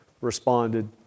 responded